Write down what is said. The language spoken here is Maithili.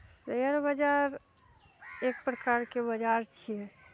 शेयर बजार एक प्रकारके बजार छियै